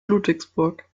ludwigsburg